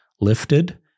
lifted